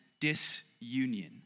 disunion